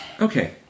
Okay